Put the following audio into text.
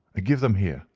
ah give them here,